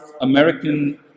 American